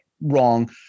wrong